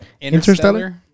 interstellar